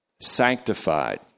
sanctified